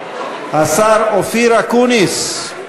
השר אופיר אקוניס, אייכה,